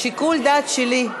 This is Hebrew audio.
שיקול דעת שלי.